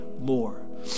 more